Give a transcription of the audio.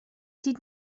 did